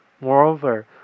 Moreover